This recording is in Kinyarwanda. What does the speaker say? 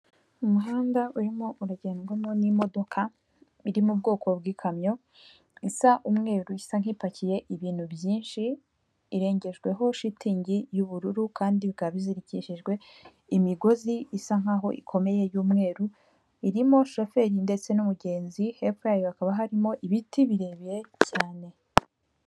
Umuhanda urimo urugendwamo n'imodoka iri mu bwoko bw'ikamyo isa umweru, isa nk'ipakiye ibintu byinsh,i irengejweho shitingi y'ubururu kandi bikaba bizirikishijwe imigozi isa nkaho ikomeye y'umweru, irimo shoferi ndetse n'umugenzi, hepfo yaho hakaba harimo ibiti birebire cyane.